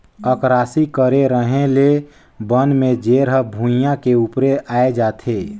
अकरासी करे रहें ले बन में जेर हर भुइयां के उपरे आय जाथे